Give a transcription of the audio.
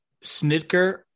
Snitker